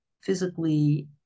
physically